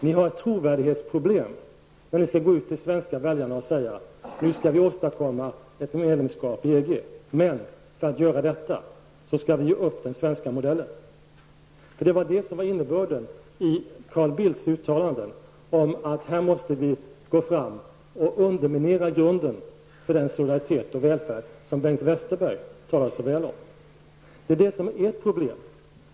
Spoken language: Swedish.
Ni har ett trovärdighetsproblem när ni skall gå ut till de svenska väljarna och säga: Nu skall vi åstadkomma ett medlemskap i EG, men för att göra det skall vi ge upp den svenska modellen. Det var nämligen det som var innebörden i Carl Bildts uttalanden om att vi här måste underminera grunden för den solidaritet och välfärd som Bengt Westerberg talar så väl om. Det är det som är ert problem.